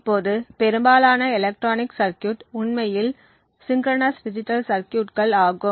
இப்போது பெரும்பாலான electronic circuit உண்மையில் சிங்க்கிரனஸ் டிஜிட்டல் சர்க்யூட்கள் ஆகும்